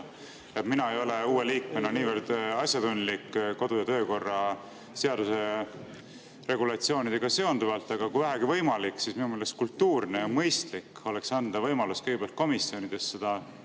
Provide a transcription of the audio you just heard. Mina uue liikmena ei ole niivõrd asjatundlik kodu- ja töökorra seaduse regulatsioonide alal, aga kui vähegi võimalik, siis minu meelest kultuurne ja mõistlik oleks anda võimalus kõigepealt komisjonides seda